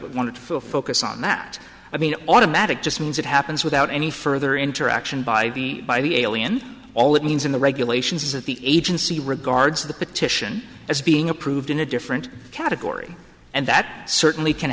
want full focus on that i mean automatic just means it happens without any further interaction by the by the alien all it means in the regulations is that the agency regards the petition as being approved in a different category and that certainly can